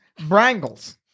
brangles